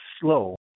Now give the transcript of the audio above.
slow